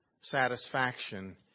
satisfaction